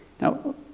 Now